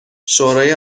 شورای